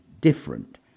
different